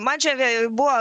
man čia vė buvo